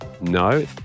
No